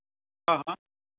हां हां